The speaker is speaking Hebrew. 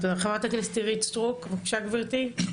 חברת הכנסת אורית סטרוק, בבקשה גבירתי.